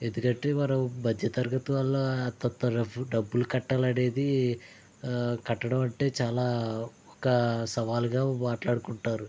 ఎందుకంటే మనం మధ్యతరగతి వాళ్ళ అంతంత డబ్బులు కట్టాలి అనేది కట్టడం అంటే చాలా ఒక సవాలుగా మాట్లాడుకుంటారు